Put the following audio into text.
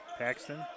Paxton